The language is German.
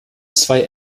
zwei